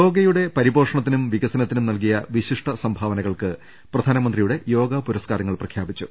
യോഗയുടെ പരിപോഷണത്തിനും വികസനത്തിനും നൽകിയ വിശിഷ്ഠ സംഭാവനകൾക്ക് പ്രധാനമന്ത്രിയുടെ യോഗാ പുരസ്കാരങ്ങൾ പ്രഖ്യാപിച്ചു